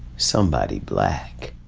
somebody black